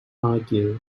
argue